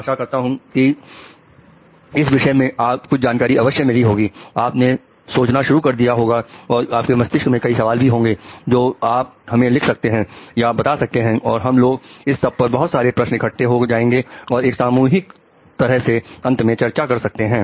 आशा करता हूं कि आप को इस विषय में कुछ जानकारी अवश्य मिली होगी आप ने सोचना शुरू कर दिया होगा और आपके मस्तिष्क में कई सवाल भी होंगे जो आप हमें लिख सकते हैं या बता सकते हैं और हम लोग जब इस पर बहुत सारे प्रश्न इकट्ठे हो जाएंगे तो एक सामूहिक तरह से अंत में चर्चा कर सकते हैं